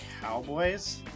Cowboys